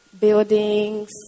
buildings